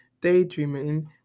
daydreaming